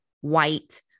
white